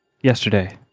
Yesterday